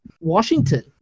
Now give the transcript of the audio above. Washington